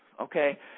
okay